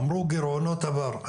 אמרו גירעונות עבר.